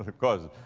because, ah,